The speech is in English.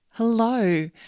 Hello